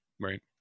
Right